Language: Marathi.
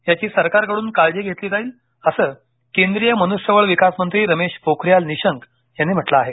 याची सरकारकडून काळजी घेतली जाईल असं केंद्रीय मनुष्यबळ विकास मंत्री रमेश पोखरियाल निशंक यांनी म्हटलं आहे